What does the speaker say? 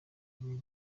igihe